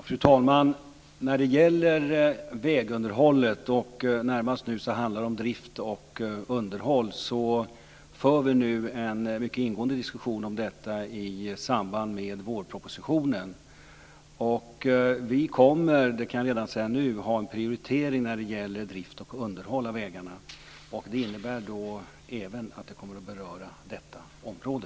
Fru talman! När det gäller vägunderhållet - närmast handlar det om drift och underhåll - för vi nu en mycket ingående diskussion i samband med vårpropositionen. Vi kommer - det kan jag säga redan nu - att ha en prioritering när det gäller drift och underhåll av vägarna. Det innebär att det även kommer att beröra detta område.